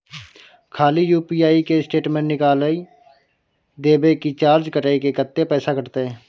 खाली यु.पी.आई के स्टेटमेंट निकाइल देबे की चार्ज कैट के, कत्ते पैसा कटते?